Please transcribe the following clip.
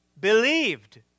believed